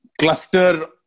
cluster